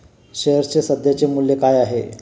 शेअर्सचे सध्याचे मूल्य काय आहे?